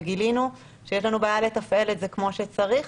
וגילינו שיש לנו בעיה לתפעל את זה כמו שצריך.